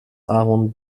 ahorn